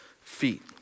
feet